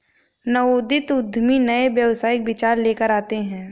नवोदित उद्यमी नए व्यावसायिक विचार लेकर आते हैं